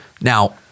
Now